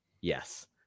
Yes